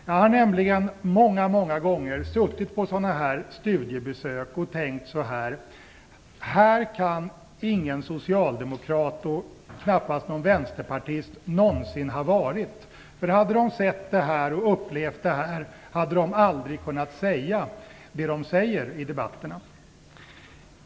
Jag har nämligen många gånger suttit på sådana studiebesök och tänkt: Här kan ingen socialdemokrat och knappast heller någon vänsterpartist någonsin ha varit - hade de upplevt det här hade de aldrig kunnat säga det de säger i debatterna.